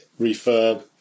refurb